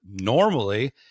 normally